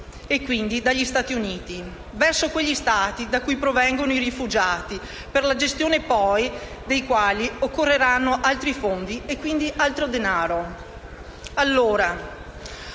e quindi dagli Stati Uniti, verso quegli Stati da cui provengono i rifugiati per la gestione poi dei quali occorreranno altri fondi e quindi altro denaro.